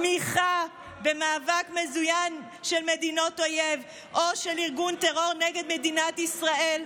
תמיכה במאבק מזוין של מדינות אויב או של ארגון טרור נגד מדינת ישראל,